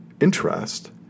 interest